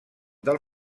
del